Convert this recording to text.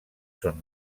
són